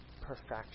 perfection